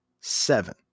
Seven